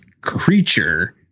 creature